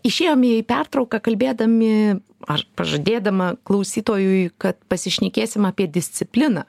išėjome į pertrauką kalbėdami ar pažadėdama klausytojui kad pasišnekėsim apie discipliną